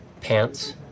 pants